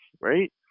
right